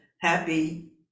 happy